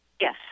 Yes